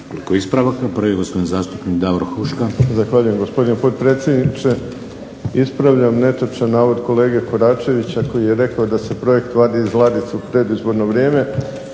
Nekoliko ispravaka. Prvi gospodin zastupnik Davor Huška. **Huška, Davor (HDZ)** Zahvaljujem gospodine potpredsjedniče, ispravljam netočan navod kolege Koračevića koji je rekao da se projekt vadi iz ladice u predizborno vrijeme